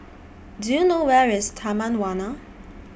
Do YOU know Where IS Taman Warna